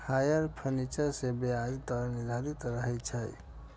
hire purchase मे ब्याज दर निर्धारित रहै छै